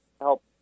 help